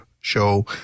show